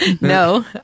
No